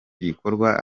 gikorwa